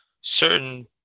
certain